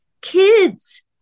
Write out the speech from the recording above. kids